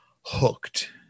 hooked